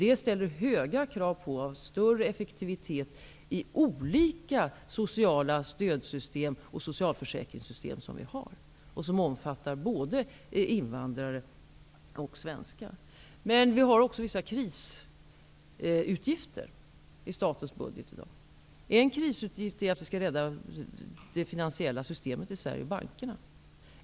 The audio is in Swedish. Det ställer höga krav på större effektivitet i olika sociala stödsystem och socialförsäkringssystem, som omfattar både invandrare och svenskar. I statens budget ingår det också vissa krisutgifter. En krisutgift är att det finansiella systemet och bankerna skall räddas.